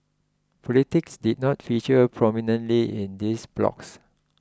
politics did not feature prominently in these blogs